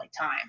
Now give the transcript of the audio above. time